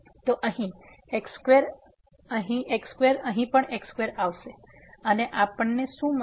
તો અહીં x2 અહીં x2 અને અહીં પણ x2 આવશે અને આપણને શું મળશે